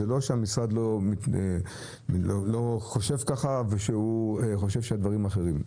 זה לא שהמשרד לא חושב כך או שהוא חושב שהדברים אחרים.